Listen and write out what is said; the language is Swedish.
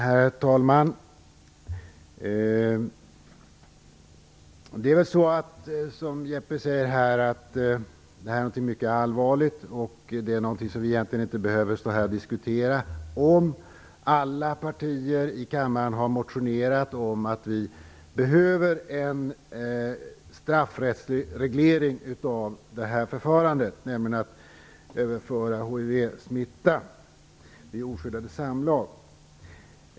Herr talman! Som Jeppe Johnsson säger är detta någonting mycket allvarligt och någonting som vi egentligen inte behöver diskutera här, eftersom alla partier i kammaren har motionerat om att det behövs en straffrättslig reglering för förfarandet att överföra hivsmitta vid oskyddade samlag.